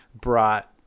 brought